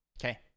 Okay